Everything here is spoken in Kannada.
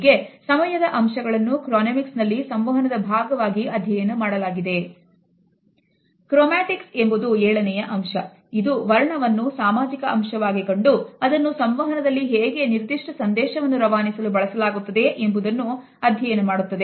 ಹೀಗೆ ಸಮಯದ ಅಂಶಗಳನ್ನು Chronemics ನಲ್ಲಿ ಸಂವಹನದ ಭಾಗವಾಗಿ ಅಧ್ಯಯನ ಇದು ವರ್ಣವನ್ನು ಸಾಮಾಜಿಕ ಅಂಶವಾಗಿ ಕಂಡು ಅದನ್ನು ಸಂವಹನದಲ್ಲಿ ಹೇಗೆ ನಿರ್ದಿಷ್ಟ ಸಂದೇಶವನ್ನು ರವಾನಿಸಲು ಬಳಸಲಾಗುತ್ತದೆ ಎಂಬುದನ್ನು ಅಧ್ಯಯನ ಮಾಡುತ್ತದೆ